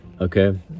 okay